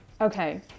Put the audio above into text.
Okay